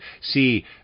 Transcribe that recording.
see